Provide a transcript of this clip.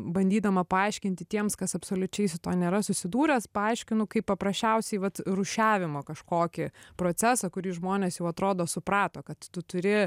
bandydama paaiškinti tiems kas absoliučiai su tuo nėra susidūręs paaiškinu kaip paprasčiausiai vat rūšiavimo kažkokį procesą kurį žmonės jau atrodo suprato kad tu turi